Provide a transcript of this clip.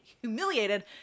humiliated